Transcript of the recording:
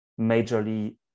majorly